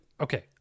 Okay